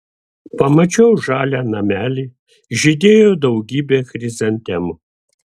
pamačiau žalią namelį žydėjo daugybė chrizantemų